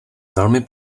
velmi